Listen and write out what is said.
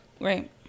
right